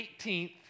18th